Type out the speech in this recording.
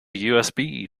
usb